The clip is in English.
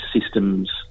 systems